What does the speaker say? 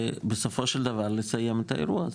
ובסופו של דבר לסיים את האירוע הזה.